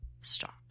stop